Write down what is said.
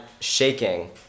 shaking